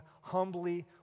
humbly